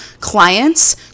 clients